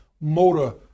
motor